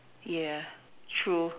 ya true